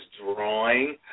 drawing